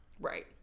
Right